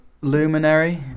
Luminary